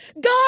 God